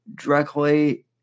directly